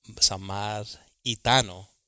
Samaritano